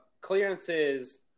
clearances